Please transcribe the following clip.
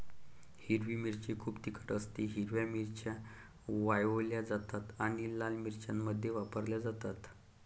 हिरवी मिरची खूप तिखट असतेः हिरव्या मिरच्या वाळवल्या जातात आणि लाल मिरच्यांमध्ये वापरल्या जातात